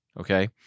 okay